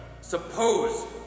Suppose